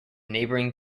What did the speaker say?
neighboring